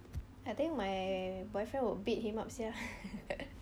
I think my boyfriend would beat him up sia